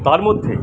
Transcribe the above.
তার মধ্যে